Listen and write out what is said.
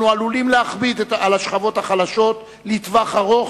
אנחנו עלולים להכביד על השכבות החלשות לטווח ארוך,